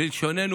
בלשוננו,